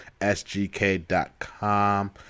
SGK.com